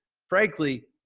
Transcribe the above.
frankly,